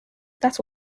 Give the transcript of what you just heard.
that